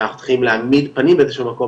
אנחנו צריכים להעמיד פנים באיזה שהוא מקום,